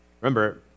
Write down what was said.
Remember